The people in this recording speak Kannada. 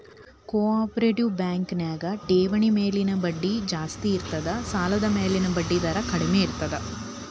ಕೊ ಆಪ್ರೇಟಿವ್ ಬ್ಯಾಂಕ್ ನ್ಯಾಗ ಠೆವ್ಣಿ ಮ್ಯಾಲಿನ್ ಬಡ್ಡಿ ಜಾಸ್ತಿ ಇರ್ತದ ಸಾಲದ್ಮ್ಯಾಲಿನ್ ಬಡ್ಡಿದರ ಕಡ್ಮೇರ್ತದ